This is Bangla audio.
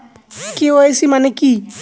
কে.ওয়াই.সি মানে কি?